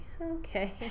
okay